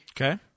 Okay